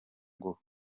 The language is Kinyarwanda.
ngo